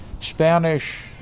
Spanish